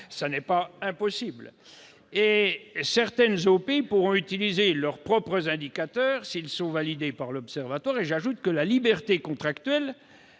Ce n'est pas impossible ! Il le retirera ! Certaines OP pourront utiliser leurs propres indicateurs s'ils sont validés par l'Observatoire. J'ajoute que la liberté contractuelle